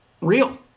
real